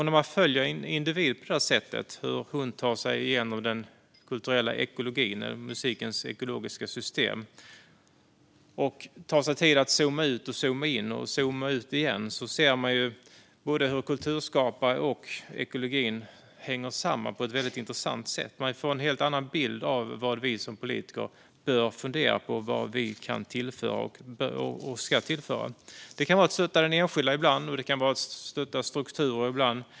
När man på det här sättet följer en individ och hur hon tar sig fram genom den kulturella ekologin eller musikens ekologiska system och när man tar sig tid att zooma ut och zooma in och zooma ut igen ser man hur kulturskaparna och ekologin hänger samman på ett väldigt intressant sätt. Man får en helt annan bild av vad vi som politiker bör fundera på och vad vi kan och ska tillföra. Det kan vara att stötta den enskilda ibland och att stötta strukturer ibland.